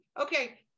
Okay